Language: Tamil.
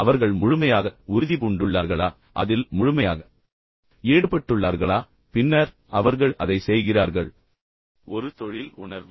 அவர்கள் முழுமையாக உறுதிபூண்டுள்ளார்களா அதில் முழுமையாக ஈடுபட்டுள்ளார்களா பின்னர் அவர்கள் அதை செய்கிறார்கள் ஒரு தொழில் உணர்வு